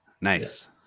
Nice